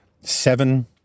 seven